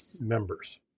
members